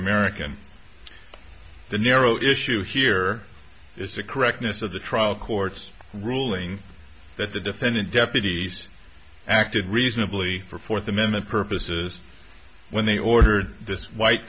american the narrow issue here is the correctness of the trial court's ruling that the defendant deputies acted reasonably for fourth amendment purposes when they ordered the white